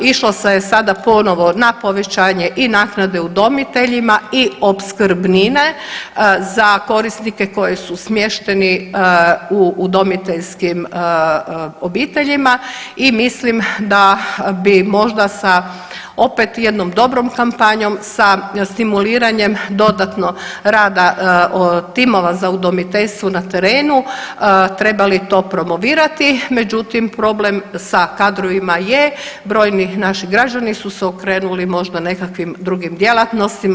Išlo se je sada ponovo na povećanje naknade i udomiteljima i opskrbnine za korisnike koji su smješteni u udomiteljskim obiteljima i mislim da bi možda sa opet jednom dobrom kampanjom, sa stimuliranje dodatno rada timova za udomiteljstvo na terenu trebali to promovirati međutim problem sa kadrovima je, brojni naši građani su se okrenuli možda nekakvim drugim djelatnostima.